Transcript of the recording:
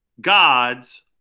God's